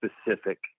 specific